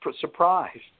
surprised